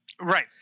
right